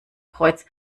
kreuz